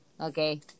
Okay